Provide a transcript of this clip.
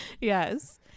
Yes